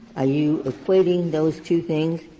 ah you equating those two things,